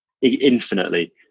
infinitely